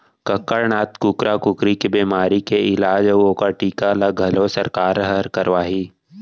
कड़कनाथ कुकरा कुकरी के बेमारी के इलाज अउ ओकर टीका ल घलौ सरकार हर करवाही